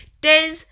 Des